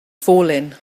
falling